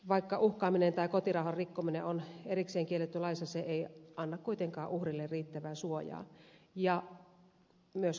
vaikka uhkaaminen tai kotirauhan rikkominen on erikseen kielletty laissa se ei anna kuitenkaan uhrille riittävää suojaa